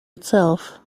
itself